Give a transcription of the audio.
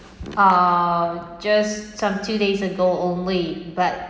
um just some two days ago only but